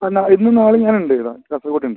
ആ ഇന്നും നാളെയും ഞാനുണ്ട് ഇവിടെ കാസർഗോഡ് ഉണ്ട്